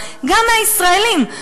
גם מהישראלים.